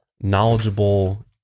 knowledgeable